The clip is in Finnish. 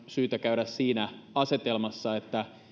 syytä käydä nimenomaan siinä asetelmassa että